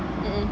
mmhmm